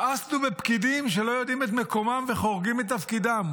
מאסנו בפקידים שלא יודעים את מקומם וחורגים מתפקידם,